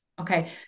Okay